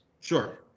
Sure